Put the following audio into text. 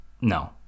no